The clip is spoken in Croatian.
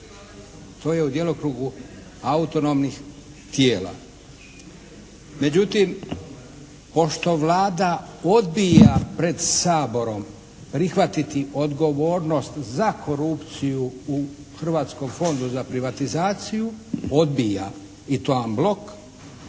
To je u djelokrugu autonomnih tijela. Međutim, pošto Vlada odbija pred Saborom prihvatiti odgovornost za korupciju u Hrvatskom fondu za privatizaciju, odbija i to an blok